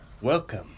Welcome